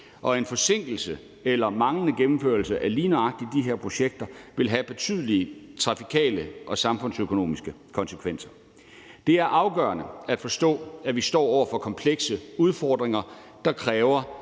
og en forsinkelse eller manglende gennemførelse af lige nøjagtig de her projekter vil have betydelige trafikale og samfundsøkonomiske konsekvenser. Det er afgørende at forstå, at vi står over for komplekse udfordringer, der kræver